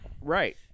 right